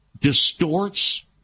distorts